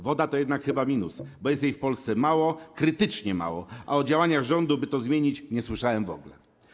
Woda to chyba jednak minus, bo jest jej w Polsce mało, krytycznie mało, a o działaniach rządu, by to zmienić, nie słyszałem w ogóle.